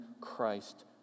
Christ